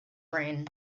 brain